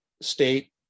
state